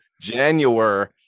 january